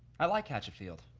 i like hatchetfield.